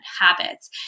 habits